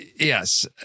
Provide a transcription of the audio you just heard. Yes